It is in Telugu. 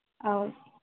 అవును